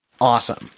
awesome